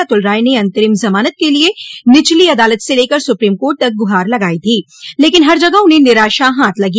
अतुल राय ने अंतरिम जमानत के लिए निचली अदालत से लेकर सुप्रीम कोर्ट तक गुहार लगाई थी लेकिन हर जगह उन्हें निराशा हाथ लगी